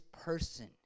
person